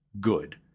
Good